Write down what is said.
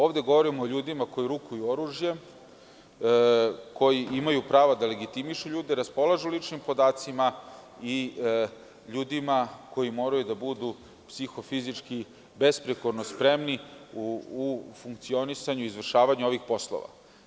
Ovde govorimo o ljudima koji rukuju oružjem, koji imaju pravo da legitimišu ljude, raspolažu ličnim podacima i ljudima koji moraju da budu psiho-fizički besprekorno spremni u funkcionisanju izvršavanja ovih poslova.